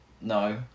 no